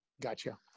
Gotcha